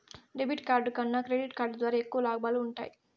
debit card కన్నా credit card ద్వారా ఎక్కువ లాబాలు వుంటయ్యి